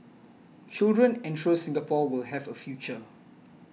children ensure Singapore will have a future